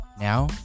Now